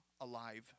alive